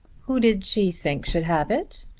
who did she think should have it?